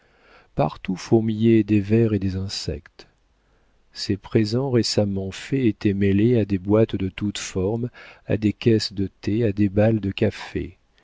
partout fourmillaient des vers et des insectes ces présents récemment faits étaient mêlés à des boîtes de toutes formes à des caisses de thé à des balles de café